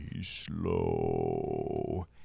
slow